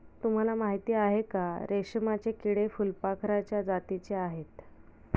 तुम्हाला माहिती आहे का? रेशमाचे किडे फुलपाखराच्या जातीचे आहेत